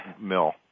mill